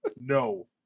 No